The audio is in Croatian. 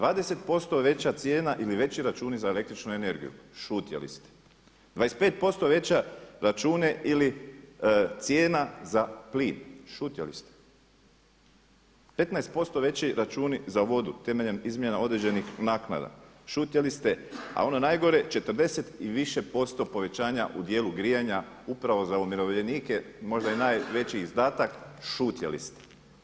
20% veća cijena ili veći računi za električnu energiju šutjeli ste, 25% veći računi ili cijena za plin šutjeli ste, 15% veći računi za vodu temeljem izmjena određenih naknada šutjeli ste, a ono najgore 40 i više posto povećanja u dijelu grijanja upravo za umirovljenike možda i najveći izdatak šutjeli ste.